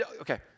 Okay